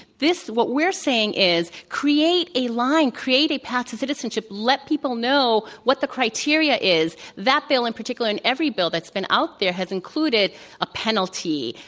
this what we're saying is create a line, create a path to citizenship. let people know what the criteria is. that bill in particular and every bill that's been out there has included a penalty,